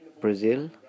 Brazil